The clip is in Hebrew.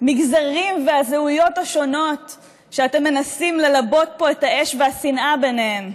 למגזרים והזהויות השונות שאתם מנסים ללבות פה את האש והשנאה ביניהם,